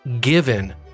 given